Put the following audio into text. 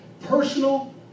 personal